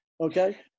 Okay